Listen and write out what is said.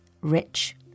rich